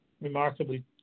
remarkably